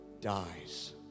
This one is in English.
dies